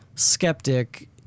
skeptic